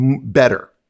better